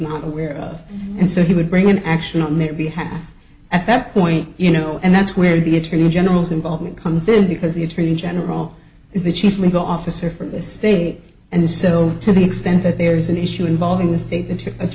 not aware of and so he would bring an action on their behalf at that point you know and that's where the attorney general's involvement comes in because the attorney general is the chief legal officer for this state and so to the extent that there is an issue involving the state i